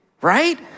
Right